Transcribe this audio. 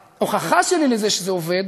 ההוכחה שלי לזה שזה עובד